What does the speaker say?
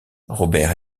robert